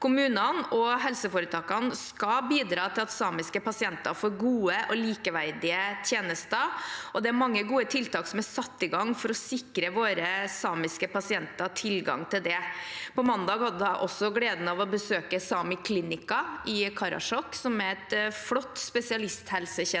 Kommunene og helseforetakene skal bidra til at samiske pasienter får gode og likeverdige tjenester, og det er mange gode tiltak som er satt i gang for å sikre våre samiske pasienter tilgang til det. På mandag hadde jeg gleden av å besøke Sámi klinihkka i Karasjok, som er et flott spesialisthelsetjenestetilbud.